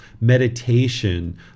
meditation